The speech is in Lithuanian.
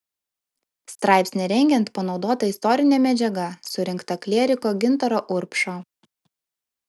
straipsnį rengiant panaudota istorinė medžiaga surinkta klieriko gintaro urbšo